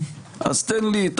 אז תן לי את